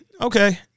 okay